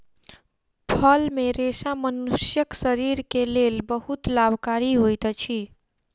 फल मे रेशा मनुष्यक शरीर के लेल बहुत लाभकारी होइत अछि